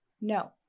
No